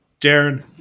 Darren